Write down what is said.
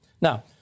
Now